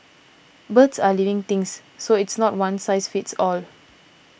birds are living things so it's not one size fits all